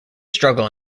struggle